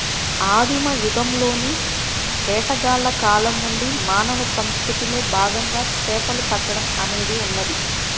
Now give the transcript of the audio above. ఆదిమ యుగంలోని వేటగాళ్ల కాలం నుండి మానవ సంస్కృతిలో భాగంగా చేపలు పట్టడం అనేది ఉన్నది